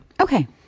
Okay